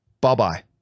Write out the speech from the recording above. bye-bye